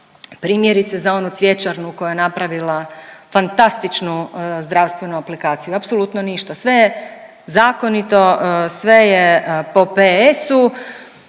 primjerice za onu cvjećarnu koja je napravila fantastičnu zdravstvenu aplikaciju. Apsolutno ništa! Sve je zakonito, sve je po pe-esu,